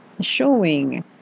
showing